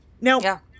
Now